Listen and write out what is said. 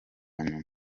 nyuma